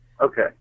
Okay